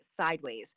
sideways